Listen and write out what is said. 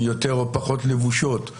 יותר או פחות לבושות,